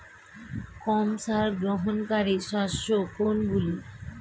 কম সার গ্রহণকারী শস্য কোনগুলি?